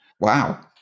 Wow